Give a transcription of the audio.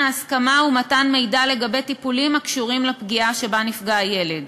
ההסכמה ומתן המידע לגבי טיפולים הקשורים לפגיעה שבה נפגע הילד.